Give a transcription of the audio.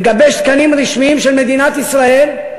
לגבש תקנים רשמיים של מדינת ישראל,